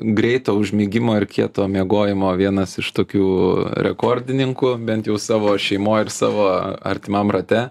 greito užmigimo ir kieto miegojimo vienas iš tokių rekordininkų bent jau savo šeimoj ir savo artimam rate